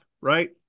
right